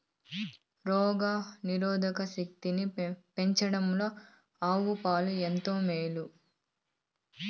రోగ నిరోధక శక్తిని పెంచడంలో ఆవు పాలు ఎంతో మేలు